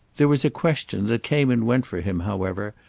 there was a question that came and went for him, however,